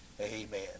Amen